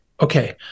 okay